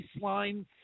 baseline